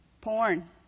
porn